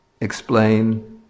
explain